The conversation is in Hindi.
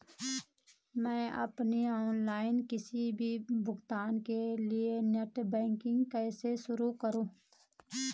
मैं अपने ऑनलाइन किसी भी भुगतान के लिए नेट बैंकिंग कैसे शुरु करूँ?